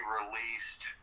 released